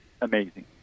amazing